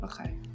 Okay